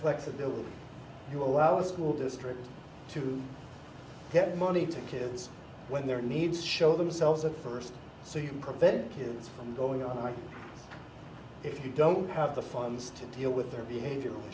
flexibility you allow the school district to get money to kids when their needs show themselves at first so you can prevent kids from going on the right if you don't have the funds to deal with their behavior the